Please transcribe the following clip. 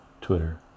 Twitter